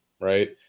right